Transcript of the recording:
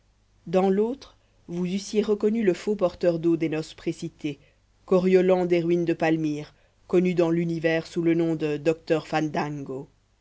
dans l'autre vous eussiez reconnu le faux porteur d'eau des noces précitées coriolan des ruines de palmyre connu dans l'univers sous le nom de docteur fandango